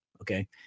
Okay